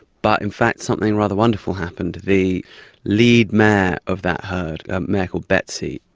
but in fact something rather wonderful happened the lead mare of that herd, a mare called betsy,